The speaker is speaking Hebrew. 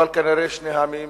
אבל כנראה שני העמים